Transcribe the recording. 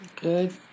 Good